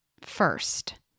First